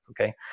Okay